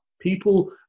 People